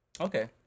Okay